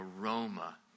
aroma